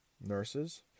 nurses